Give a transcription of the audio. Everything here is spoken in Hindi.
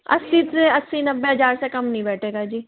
अस्सी से अस्सी नब्बे हज़ार से कम नहीं बैठेगा जी